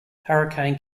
hurricane